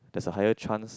that's a higher chance